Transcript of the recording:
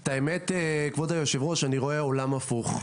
האמת, כבוד יושבת הראש אני רואה עולם הפוך: